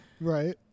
Right